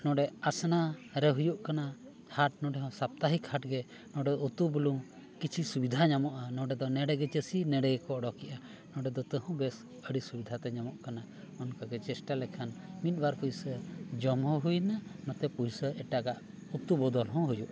ᱱᱚᱸᱰᱮ ᱟᱥᱱᱟᱨᱮ ᱦᱩᱭᱩᱜ ᱠᱟᱱᱟ ᱦᱟᱴ ᱱᱚᱸᱰᱮᱦᱚᱸ ᱥᱚᱯᱛᱟᱦᱤᱠ ᱦᱟᱴᱜᱮ ᱱᱚᱸᱰᱮ ᱫᱚ ᱩᱛᱩ ᱵᱩᱞᱩᱝ ᱠᱤᱪᱷᱩ ᱥᱩᱵᱤᱫᱷᱟ ᱧᱟᱢᱚᱜᱼᱟ ᱱᱚᱸᱰᱮ ᱫᱚ ᱱᱚᱸᱰᱮᱜᱮ ᱪᱟᱹᱥᱤ ᱱᱚᱸᱰᱮ ᱜᱮᱠᱚ ᱩᱰᱩᱠᱮᱜᱼᱟ ᱱᱚᱸᱰᱮ ᱫᱚ ᱛᱟᱹᱦᱩ ᱵᱮᱥ ᱟᱹᱰᱤ ᱥᱩᱵᱤᱫᱷᱟᱛᱮ ᱧᱟᱢᱚᱜ ᱠᱟᱱᱟ ᱚᱱᱠᱟᱜᱮ ᱪᱮᱥᱴᱟ ᱞᱮᱠᱷᱟᱱ ᱢᱤᱫ ᱵᱟᱨ ᱯᱩᱭᱥᱟᱹ ᱡᱚᱢᱦᱚᱸ ᱦᱩᱭᱱᱟ ᱱᱚᱛᱮ ᱯᱩᱭᱥᱟᱹ ᱮᱴᱟᱜᱟᱜ ᱩᱛᱩ ᱵᱚᱫᱚᱞ ᱦᱚᱸ ᱦᱩᱭᱩᱜᱼᱟ